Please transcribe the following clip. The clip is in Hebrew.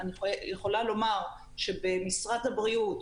אני יכולה לומר שבמשרד הבריאות,